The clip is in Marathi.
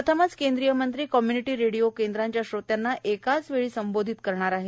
प्रथमच केंद्रीय मंत्री कम्य्निटी रेडिओ केंद्रांच्या श्रोत्यांना एकाच वेळी संबोधित करणार आहेत